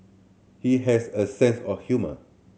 he has a sense of humour